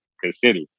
consider